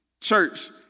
church